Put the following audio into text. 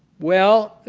well,